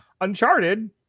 uncharted